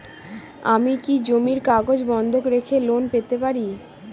আমি কি জমির কাগজ বন্ধক রেখে লোন পেতে পারি?